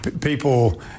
People